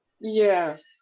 Yes